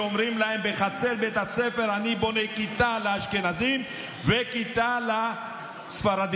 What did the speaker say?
שאומרים להם בחצר בית הספר: אני בונה כיתה לאשכנזים וכיתה לספרדים.